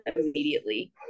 immediately